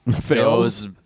fails